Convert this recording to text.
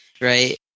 Right